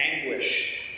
anguish